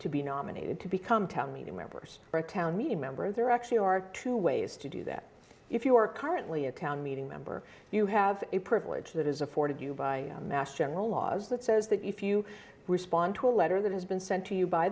to be nominated to become town meeting members or a county member there actually are two ways to do that if you are currently a town meeting member you have a privilege that is afforded you by mass general laws that says that if you respond to a letter that has been sent to you by